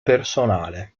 personale